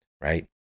right